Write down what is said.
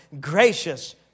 gracious